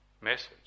message